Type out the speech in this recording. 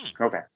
Okay